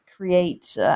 create